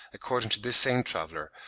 according to this same traveller,